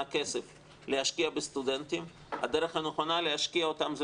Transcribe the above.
כסף להשקיע בסטודנטים הדרך הנכונה להשקיע אותם זה